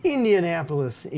Indianapolis